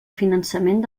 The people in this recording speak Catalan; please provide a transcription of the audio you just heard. finançament